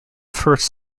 first